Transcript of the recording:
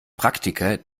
praktiker